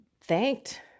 thanked